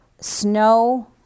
snow